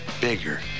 bigger